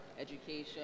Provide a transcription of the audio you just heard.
education